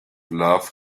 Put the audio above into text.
love